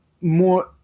more –